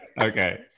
okay